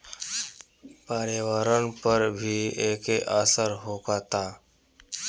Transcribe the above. पर्यावरण पर भी एके असर होखता